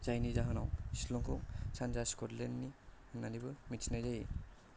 जायनि जाहोनाव शिलंखौ सानजा स्कटलेन्डनि होननानैबो मिथिनाय जायो